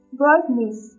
brightness